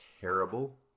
terrible